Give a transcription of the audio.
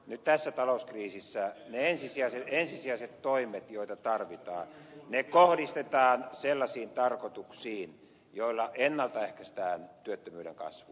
nyt tässä talouskriisissä ne ensisijaiset toimet joita tarvitaan kohdistetaan sellaisiin tarkoituksiin joilla ennaltaehkäistään työttömyyden kasvua